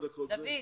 דוד,